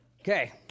Okay